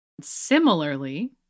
Similarly